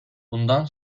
bundan